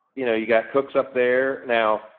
you know, you got cooks up there, now,